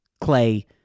Clay